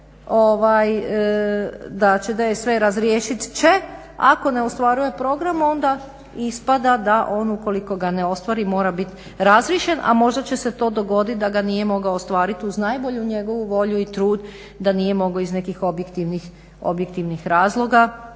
ovaj da će DSV razriješiti, će ako ne ostvaruje program, onda ispada da on ukoliko ga ne ostvari mora bit razvišen, a možda će se to dogodit da ga nije mogao ostvariti uz najbolju njegovu volju i trud, da nije mogao iz nekih objektivnih razloga.